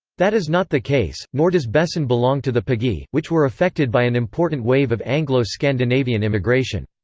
that is not the case, nor does bessin belong to the pagii, which were affected by an important wave of anglo-scandinavian immigration.